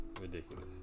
ridiculous